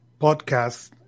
podcast